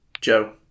Joe